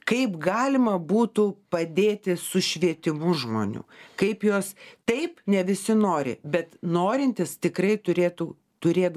kaip galima būtų padėti su švietimu žmonių kaip juos taip ne visi nori bet norintys tikrai turėtų turėt